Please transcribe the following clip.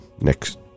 next